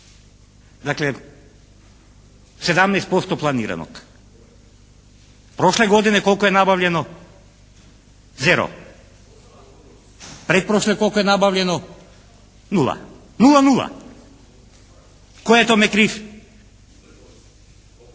Dakle, 17% planiranog. Prošle godine koliko je nabavljeno? Zero. Pretprošle koliko je nabavljeno? Nula. Nula, nula. Tko je tome kriv?